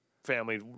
Family